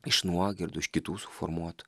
iš nuogirdų iš kitų suformuotų